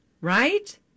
Right